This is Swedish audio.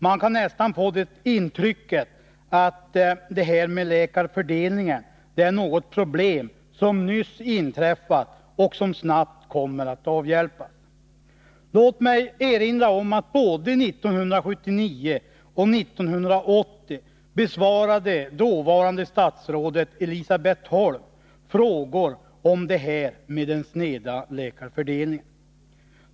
Man kan nästan få det intrycket att problemet med läkarfördelningen nyligen uppstått och snabbt kommer att avhjälpas. Låt mig erinra om att dåvarande statsrådet Elisabeth Holm både 1979 och 1980 besvarade frågor om den sneda läkarfördelningen.